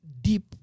deep